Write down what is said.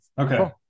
Okay